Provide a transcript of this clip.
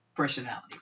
Personality